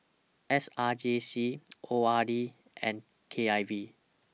S R J C O R D and K I V